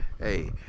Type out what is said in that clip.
hey